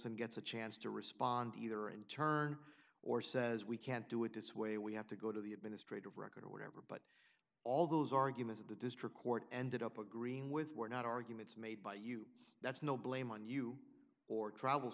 n gets a chance to respond either in turn or says we can't do it this way we have to go to the administrative record or whatever all those arguments the district court ended up agreeing with were not arguments made by you that's no blame on you or tr